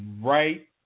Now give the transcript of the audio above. right